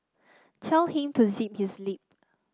tell him to zip his lip